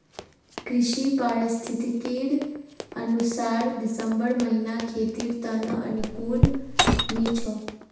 कृषि पारिस्थितिकीर अनुसार दिसंबर महीना खेतीर त न अनुकूल नी छोक